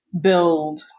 build